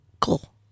Cool